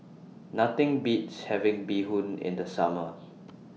Nothing Beats having Bee Hoon in The Summer